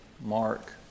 Mark